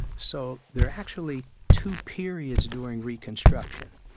so there are actually two periods during reconstruction.